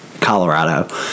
Colorado